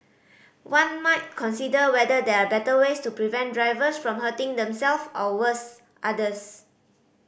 one might consider whether there are better ways to prevent drivers from hurting themselves or worse others